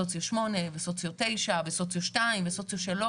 סוציו 8 וסוציו 9 וסוציו 2 וסוציו 3,